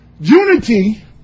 unity